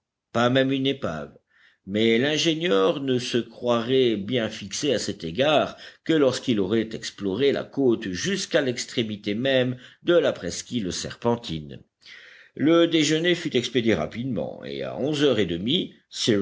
pas même une épave mais l'ingénieur ne se croirait bien fixé à cet égard que lorsqu'il aurait exploré la côte jusqu'à l'extrémité même de la presqu'île serpentine le déjeuner fut expédié rapidement et à onze heures et demie